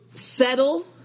Settle